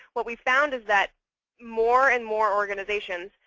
what we found is that more and more organizations,